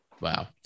Wow